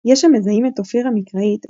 יש המזהים את אופיר המקראית,